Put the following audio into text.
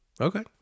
Okay